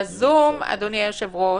אדוני היושב-ראש,